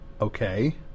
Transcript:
Okay